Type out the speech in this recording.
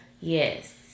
Yes